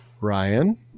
Ryan